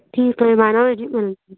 ठीक आहे बारा वाजेपर्यंत